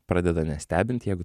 pradeda nestebint jeigu